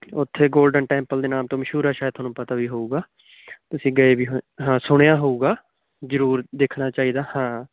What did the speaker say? ਉੱਥੇ Golden Temple ਦੇ ਨਾਮ ਤੋਂ ਮਸ਼ਹੂਰ ਹੈ ਸ਼ਾਇਦ ਤੁਹਾਨੂੰ ਪਤਾ ਵੀ ਹੋਵੇਗਾ ਤੁਸੀਂ ਗਏ ਵੀ ਹੋ ਹਾਂ ਸੁਣਿਆ ਹੋਵੇਗਾ ਜ਼ਰੂਰ ਦੇਖਣਾ ਚਾਹੀਦਾ ਹਾਂ